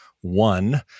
one